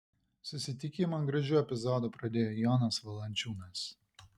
susitikimą gražiu epizodu pradėjo jonas valančiūnas